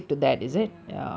ya